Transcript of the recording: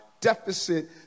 deficit